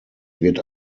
wird